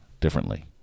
differently